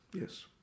yes